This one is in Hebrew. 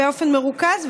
באופן מרוכז,